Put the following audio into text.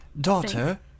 daughter